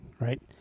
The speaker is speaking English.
right